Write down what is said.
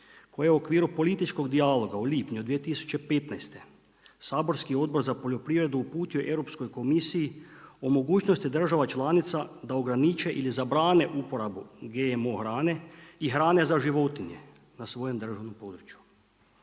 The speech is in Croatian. koje u okviru političkog dijaloga u lipnju 2015. saborski Odbor za poljoprivredu uputio je Europskoj komisiji o mogućnosti država članica da ograniče ili zabrane uporabu GMO hrane i hrane za životinje na svojem državnom području.